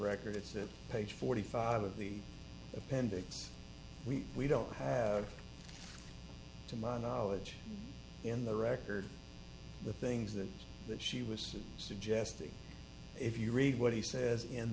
record it's a page forty five of the appendix we we don't have to my knowledge in the record the things that that she was suggesting if you read what he says in